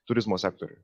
turizmo sektoriui